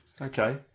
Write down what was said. Okay